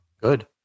good